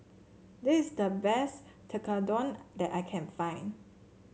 this is the best Tekkadon that I can find